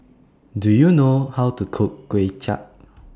Do YOU know How to Cook Kuay Chap